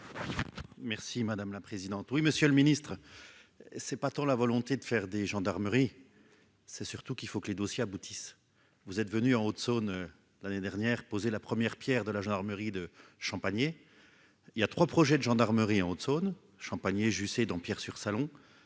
Merci madame la présidente, oui, Monsieur le Ministre, c'est pas tant la volonté de faire des gendarmeries, c'est surtout qu'il faut que les dossiers aboutissent, vous êtes venus en Haute-Saône, l'année dernière, posé la première Pierre de la gendarmerie de champagne et il y a 3 projets de gendarmerie en Haute-Saône, champagne et j'essaye d'empire sur Salon